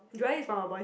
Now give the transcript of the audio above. Joel is from a boys